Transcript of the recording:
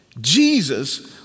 Jesus